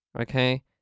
okay